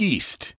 East